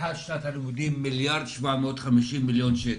לפתיחת שנת הלימודים, מיליארד ו-750 מיליון שקל,